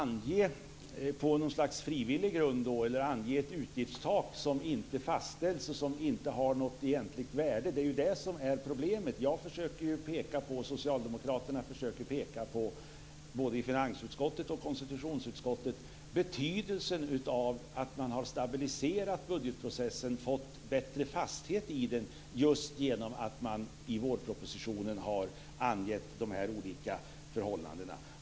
Herr talman! Det är ju att ange ett utgiftstak som inte fastställs och som inte har något egentligt värde som är problemet. Socialdemokraterna försöker både i finansutskottet och i konstitutionsutskottet att peka på betydelsen av att man har stabiliserat budgetprocessen och fått bättre fasthet i den just genom att man i vårpropositionen har angett de olika förhållandena.